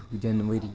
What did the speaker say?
January